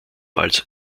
als